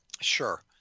Sure